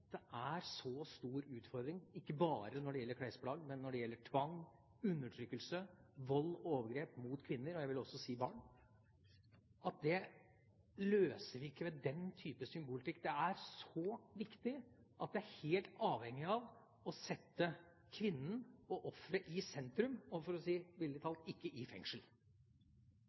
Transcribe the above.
er en så stor utfordring, ikke bare når det gjelder klesplagg, men når det gjelder tvang, undertrykkelse, vold, overgrep mot kvinner – og jeg vil også si mot barn – at det løser vi ikke ved den typen symbolpolitikk. Det er så viktig at vi er helt avhengig av å sette kvinnen og offeret i sentrum, og ikke – for å si det billedlig talt – i fengsel.